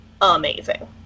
amazing